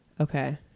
okay